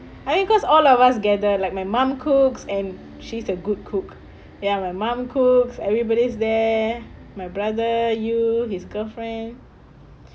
I think cause all of us gather like my mum cooks and she's a good cook ya my mom cooks everybody's there my brother you his girlfriend